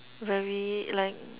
very like